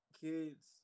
kids